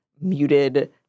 muted